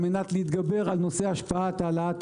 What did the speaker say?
על מנת להתגבר על נושא השפעת העלאת